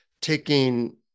taking